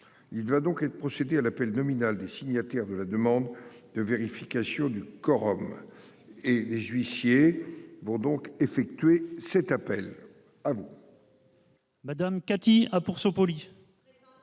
Il doit donc être procédé à l'appel nominal des signataires de la demande de vérification du quorum et les huissiers vont donc effectuer cet appel à vous.